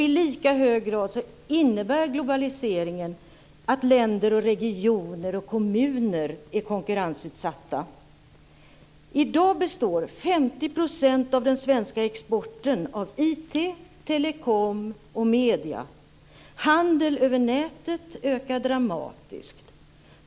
I lika hög grad innebär globaliseringen att länder, regioner och kommuner konkurrensutsätts. I dag består 50 % av den svenska exporten av IT, telekom och medier. Handeln över nätet ökar dramatiskt.